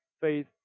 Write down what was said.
faith